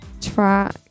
track